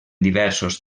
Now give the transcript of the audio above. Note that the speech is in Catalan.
diversos